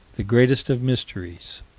the greatest of mysteries